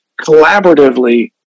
collaboratively